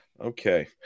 Okay